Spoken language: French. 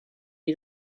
est